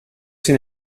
sin